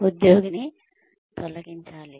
ఉద్యోగిని తొలగించాలి